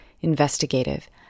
investigative